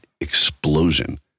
explosion